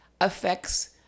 affects